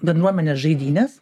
bendruomenės žaidynes